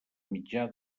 mitjà